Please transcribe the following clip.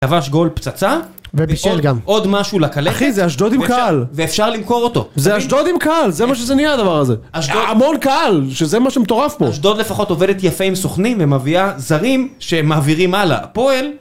כבש גול פצצה, ובישל גם, ועוד משהו לקלחת, אחי זה אשדוד עם קהל, ואפשר למכור אותו, זה אשדוד עם קהל, זה מה שזה נהיה הדבר הזה, המון קהל, שזה מה שמטורף פה, אשדוד לפחות עובדת יפה עם סוכנים ומביאה זרים שמעבירים הלאה, הפועל